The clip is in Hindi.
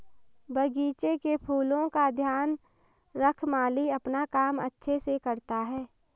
बगीचे के फूलों का ध्यान रख माली अपना काम अच्छे से करता है